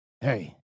hey